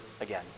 again